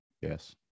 Yes